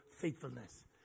faithfulness